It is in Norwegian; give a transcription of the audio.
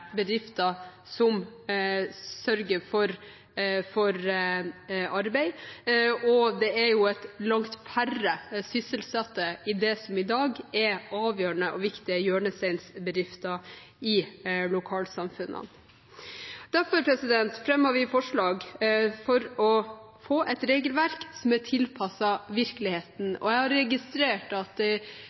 færre sysselsatte i det som i dag er avgjørende og viktige hjørnesteinsbedrifter i lokalsamfunnene. Derfor fremmer vi forslag: for å få et regelverk som er tilpasset virkeligheten. Jeg har registrert at